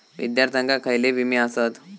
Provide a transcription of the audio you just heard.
विद्यार्थ्यांका खयले विमे आसत?